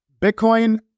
Bitcoin